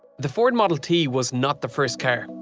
the ford model t was not the first car.